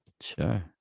Sure